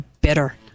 bitter